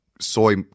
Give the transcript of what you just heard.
soy